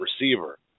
receiver